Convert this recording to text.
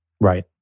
Right